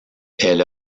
elle